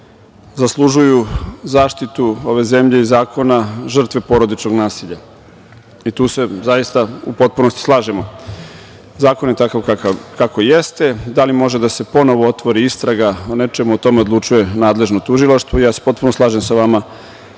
zaslužuju zaštitu ove zemlje i zakona žrtve porodičnog nasilja i tu se zaista u potpunosti slažemo. Zakon je takav kakav jeste. Da li može ponovo da se otvori istraga o nečemu, o tome odlučuje nadležno tužilaštvo i ja se potpuno slažem sa vama